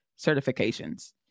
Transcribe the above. certifications